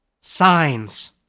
Signs